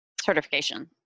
certification